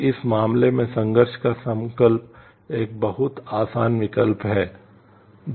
तो इस मामले में संघर्ष का संकल्प एक बहुत आसान विकल्प है